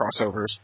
crossovers